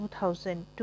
2002